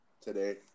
today